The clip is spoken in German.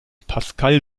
pascal